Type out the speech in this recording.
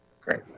Great